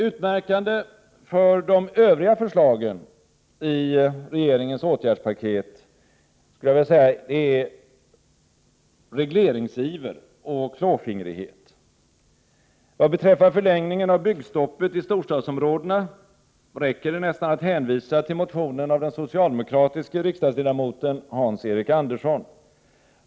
Utmärkande för de övriga förslagen i regeringens åtgärdspaket är regleringsiver och klåfingrighet. Vad beträffar förlängningen av byggstoppet i storstadsområdena räcker det nästan att hänvisa till motionen av den socialdemokratiske riksdagsledamoten Hans-Eric Andersson.